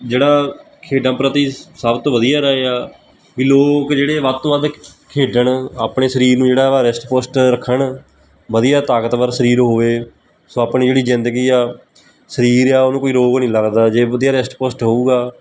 ਜਿਹੜਾ ਖੇਡਾਂ ਪ੍ਰਤੀ ਸਭ ਤੋਂ ਵਧੀਆ ਰਹੇ ਆ ਵੀ ਲੋਕ ਜਿਹੜੇ ਵੱਧ ਤੋਂ ਵੱਧ ਖੇਡਣ ਆਪਣੇ ਸਰੀਰ ਨੂੰ ਜਿਹੜਾ ਵਾ ਰਿਸ਼ਟ ਪੁਸ਼ਟ ਰੱਖਣ ਵਧੀਆ ਤਾਕਤਵਰ ਸਰੀਰ ਹੋਵੇ ਸੋ ਆਪਣੀ ਜਿਹੜੀ ਜ਼ਿੰਦਗੀ ਆ ਸਰੀਰ ਆ ਉਹਨੂੰ ਕੋਈ ਰੋਗ ਨਹੀ ਲੱਗਦਾ ਜੇ ਵਧੀਆ ਰਿਸ਼ਟ ਪੁਸ਼ਟ ਹੋਵੇਗਾ